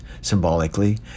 symbolically